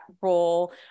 role